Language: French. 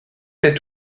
tais